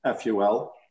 FUL